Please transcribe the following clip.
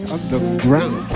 Underground